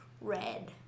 red